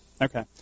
Okay